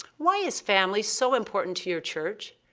why is family so important to your church?